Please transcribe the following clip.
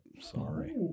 Sorry